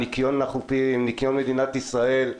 ניקיון מדינת ישראל,